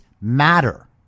matter